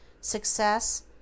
success